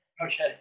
Okay